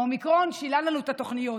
האומיקרון שינה לנו את התוכניות,